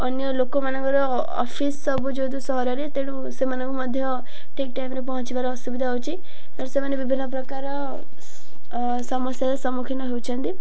ଅନ୍ୟ ଲୋକମାନଙ୍କର ଅଫିସ୍ ସବୁ ଯେହେତୁ ସହରରେ ତେଣୁ ସେମାନଙ୍କୁ ମଧ୍ୟ ଠିକ୍ ଟାଇମ୍ରେ ପହଞ୍ଚିବାର ଅସୁବିଧା ହେଉଛି ତ ସେମାନେ ବିଭିନ୍ନ ପ୍ରକାର ସ୍ ସମସ୍ୟାର ସମ୍ମୁଖୀନ ହେଉଛନ୍ତି